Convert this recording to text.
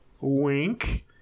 Wink